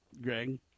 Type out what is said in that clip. Greg